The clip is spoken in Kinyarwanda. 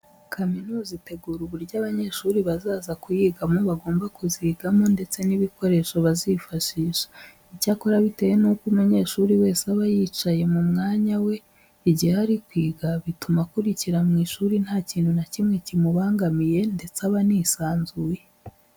Kaminuza itegura uburyo abanyeshuri bazaza kuyigamo bagomba kuzigamo ndetse n'ibikoresho bazifashisha. Icyakora bitewe nuko umunyeshuri wese aba yicaye mu mwanya we igihe ari kwiga, bituma akurikira mu ishuri nta kintu na kimwe kimubangamiye ndetse aba anisanzuye.